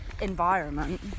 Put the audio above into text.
Environment